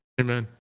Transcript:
Amen